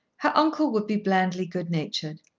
her uncle would be blandly good-natured.